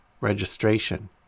registration